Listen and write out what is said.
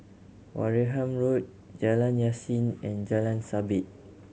Wareham Road Jalan Yasin and Jalan Sabit